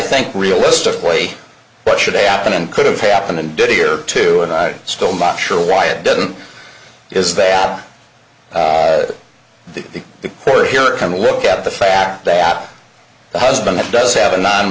think realistically but should a apin and could have happened and did here too and i still not sure why it didn't is that the poor here are kind of look at the fact that the husband does have a non